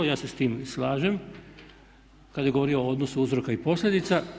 Ja se s tim slažem, kad je govorio o odnosu uzroka i posljedica.